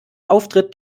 auftritt